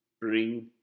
bring